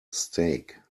stake